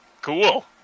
Cool